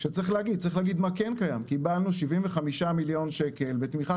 צריך להגיד מה כן קיים קיבלנו 75 מיליון שקל בתמיכה